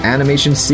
Animation